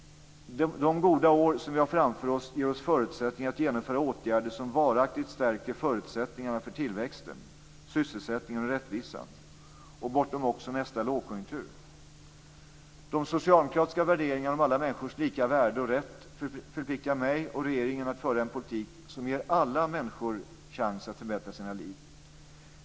De goda år som vi har framför oss ger oss förutsättningar att genomföra åtgärder som varaktigt stärker förutsättningarna för tillväxten, sysselsättningen och rättvisan också bortom nästa lågkonjunktur. De socialdemokratiska värderingarna om alla människors lika värde och rätt förpliktar mig och regeringen att föra en politik som ger alla människor chansen att förbättra sina liv.